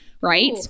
right